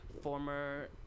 former